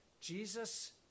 Jesus